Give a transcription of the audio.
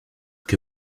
que